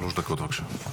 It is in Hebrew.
שלוש דקות, בבקשה.